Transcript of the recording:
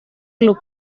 club